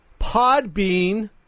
Podbean